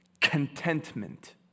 contentment